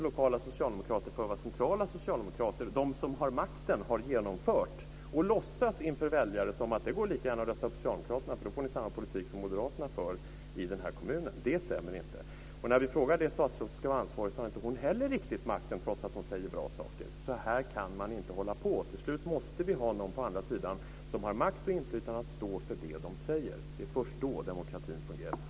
Lokala socialdemokrater står inte för det som centrala socialdemokrater, de som har makten, har genomfört. De låtsas inför väljarna att det går lika bra att rösta på socialdemokraterna, eftersom de då får samma politik som den som moderaterna för i kommunen. Detta stämmer inte. När vi frågar det statsråd som ska ha ansvaret visar det sig att inte heller hon riktigt har makten, trots att hon säger bra saker. Så här kan man inte hålla på. Till slut måste det på den andra sidan finnas någon som har makt och inflytande att stå för det som man säger. Det är först då som demokratin fungerar.